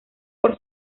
por